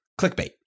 clickbait